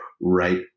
right